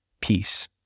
peace